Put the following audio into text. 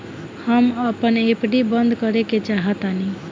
हम अपन एफ.डी बंद करेके चाहातानी